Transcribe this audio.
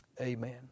Amen